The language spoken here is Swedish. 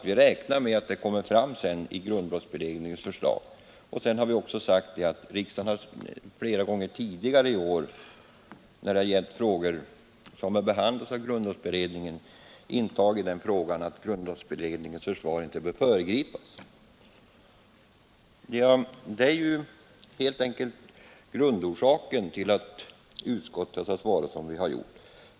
Vi har också i betänkandet sagt att riksdagen flera gånger tidigare i år när det gällt frågor som har behandlats av grundlagberedningen intagit ståndpunkten att grundlagberedningens förslag inte bör föregripas. Detta är grundorsaken till att utskottet har svarat som det gjort.